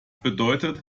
bedeutet